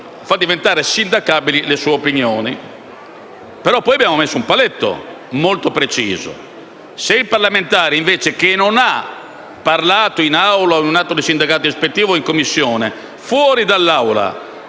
fa diventare sindacabili le sue opinioni. Però poi abbiamo posto un paletto molto preciso: se il parlamentare, che non ha parlato in Aula, in un atto di sindacato ispettivo o in Commissione, attribuisce